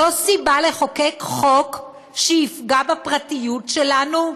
זו סיבה לחוקק חוק שיפגע בפרטיות שלנו?